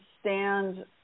stand